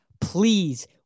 Please